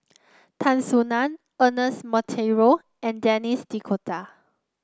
Tan Soo Nan Ernest Monteiro and Denis D'Cotta